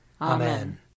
Amen